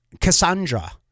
Cassandra